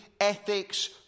ethics